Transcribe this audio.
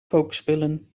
kookspullen